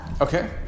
Okay